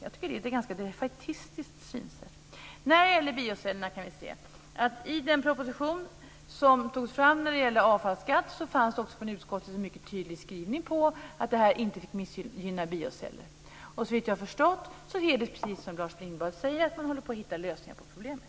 Jag tycker att det är ett ganska defaitistiskt synsätt. I samband med den proposition som togs fram när det gäller avfallsskatten fanns det också en mycket tydligt skrivning från utskottet om att detta inte fick missgynna bioceller. Såvitt jag har förstått är det precis som Lars Lindblad säger, nämligen att man håller på att hitta lösningar på problemet.